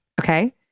okay